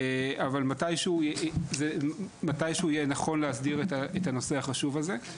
מתישהו יהיה נכון להסדיר את הנושא החשוב הזה.